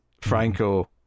Franco